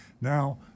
Now